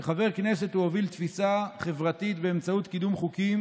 כחבר כנסת הוא הוביל תפיסה חברתית באמצעות קידום חוקים